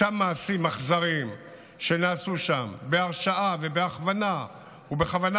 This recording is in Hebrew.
אותם מעשים אכזריים שנעשו שם בהרשאה ובהכוונה ובכוונה